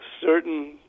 certain